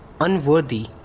unworthy